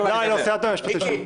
לא, סיימת את המשפטים שלך.